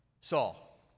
Saul